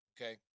Okay